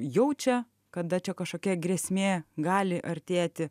jaučia kada čia kažkokia grėsmė gali artėti